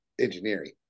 engineering